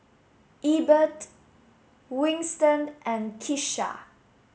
Ebert Winston and Kisha